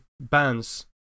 bands